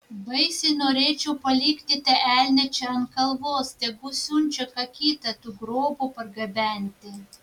baisiai norėčiau palikti tą elnią čia ant kalvos tegu siunčia ką kitą tų grobų pargabenti